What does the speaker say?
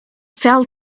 fell